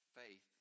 faith